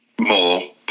more